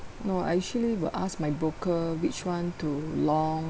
no I actually will ask my broker which one to long